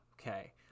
Okay